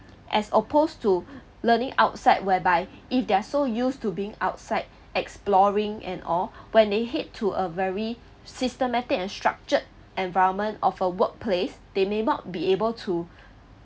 as opposed to learning outside whereby if they're so used to being outside exploring and or when they head to a very systematic and structured environment of a workplace they may not be able to